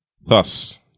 Thus